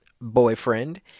boyfriend